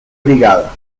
brigada